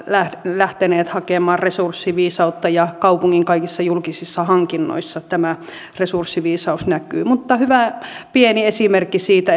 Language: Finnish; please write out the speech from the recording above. lähteneet hakemaan resurssiviisautta ja kaupungin kaikissa julkisissa hankinnoissa tämä resurssiviisaus näkyy mutta hyvä pieni esimerkki siitä